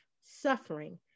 suffering